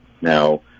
Now